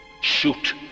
Shoot